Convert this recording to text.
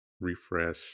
refresh